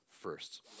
first